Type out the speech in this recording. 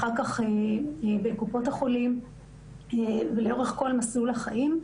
ואחר כך בקופות החולים ולאורך כל מסלול החיים.